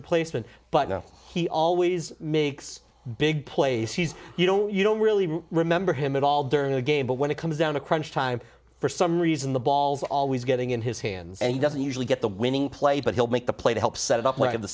replacement but now he always makes big plays he's you don't you don't really remember him at all during the game but when it comes down to crunch time for some reason the ball's always getting in his hands and he doesn't usually get the winning play but he'll make the play to help set